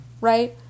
Right